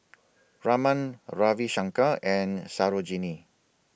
Raman Ravi Shankar and Sarojini